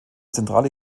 zentrale